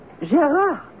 Gérard